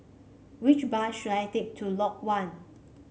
which bus should I take to Lot One